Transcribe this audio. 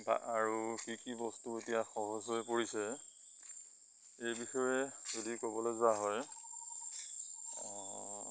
বা আৰু কি কি বস্তু এতিয়া সহজ হৈ পৰিছে এই বিষয়ে যদি ক'বলৈ যোৱা হয়